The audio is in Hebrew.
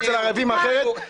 אצל ערבים אחרת,